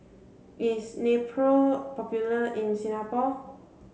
is Nepro popular in Singapore